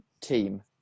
team